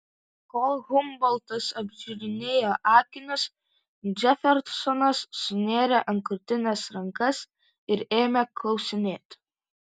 kol humboltas apžiūrinėjo akinius džefersonas sunėrė ant krūtinės rankas ir ėmė klausinėti